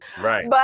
Right